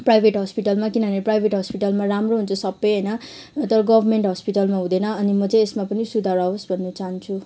private हस्पिटलमा किनभने private हस्पिटलमा राम्रो हुन्छ सबै होइन तर गभर्मेन्ट हस्पिटलमा हुँदैन अनि म चाहिँ यसमा पनि सुधार आओस् भन्ने चाहन्छु